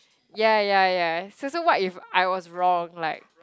ya ya ya so so what if I was wrong like